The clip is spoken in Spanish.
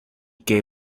que